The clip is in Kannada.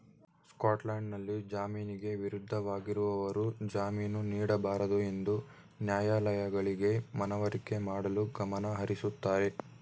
ಸ್ಕಾಟ್ಲ್ಯಾಂಡ್ನಲ್ಲಿ ಜಾಮೀನಿಗೆ ವಿರುದ್ಧವಾಗಿರುವವರು ಜಾಮೀನು ನೀಡಬಾರದುಎಂದು ನ್ಯಾಯಾಲಯಗಳಿಗೆ ಮನವರಿಕೆ ಮಾಡಲು ಗಮನಹರಿಸುತ್ತಾರೆ